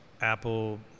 apple